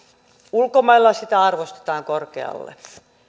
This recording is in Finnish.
ulkomailla sitä arvostetaan korkealle